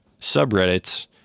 subreddits